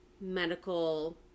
medical